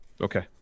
Okay